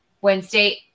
Wednesday